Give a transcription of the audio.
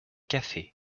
cafés